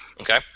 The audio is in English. Okay